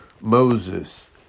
Moses